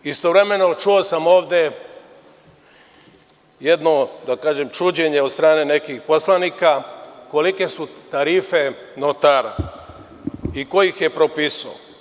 Istovremeno, čuo sam ovde jedno, da kažem čuđenje od strane nekih poslanika, kolike su tarife notara i ko ih je propisao.